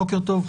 בוקר טוב,